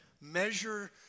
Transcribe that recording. measure